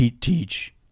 teach